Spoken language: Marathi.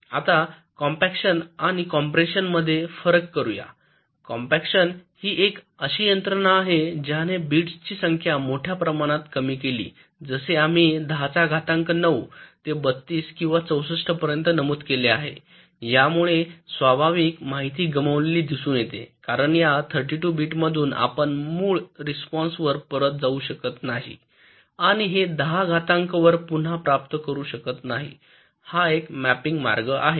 आता कॉम्पॅक्शन आणि कॉम्प्रेशन मध्ये फरक करूया कॉम्पॅक्शन ही एक अशी यंत्रणा आहे ज्याने बिट्सची संख्या मोठ्या प्रमाणात कमी केली जसे आम्ही १० चा घातांक ९ ते 32 किंवा 64 पर्यंत नमूद केले आहे यामुळे स्वाभाविक माहिती गमावलेली दिसून येते कारण या 32 बिट्समधून आपण मूळ रिस्पॉन्सावर परत जाऊ शकत नाही आणि हे 10 घातांक वर पुन्हा प्राप्त करू शकत नाही हा एक मॅपिंग मार्ग आहे